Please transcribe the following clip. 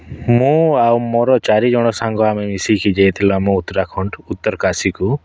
ମୁଁ ଆଉ ମୋର ଚାରି ଜଣ ସାଙ୍ଗ ଆମେ ମିଶିକି ଯାଇଥିଲୁ ଆମ ଉତ୍ତରାଖଣ୍ଡ ଉତ୍ତରକାଶୀକୁ